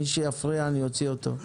מי שיפריע, אני אוציא אותו.